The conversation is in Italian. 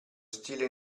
stile